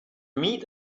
meet